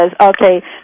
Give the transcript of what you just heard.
okay